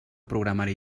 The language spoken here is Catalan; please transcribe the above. programari